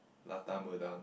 Lata Medang